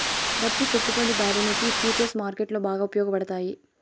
డబ్బు పెట్టుబడిదారునికి ఫుచర్స్ మార్కెట్లో బాగా ఉపయోగపడతాయి